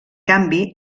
canvi